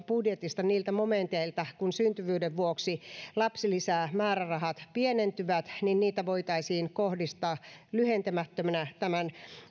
budjetista niiltä momenteilta kun syntyvyyden vuoksi lapsilisämäärärahat pienentyvät niin niitä voitaisiin kohdistaa lyhentämättömänä tämän